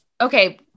okay